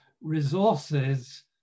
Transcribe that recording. resources